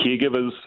caregivers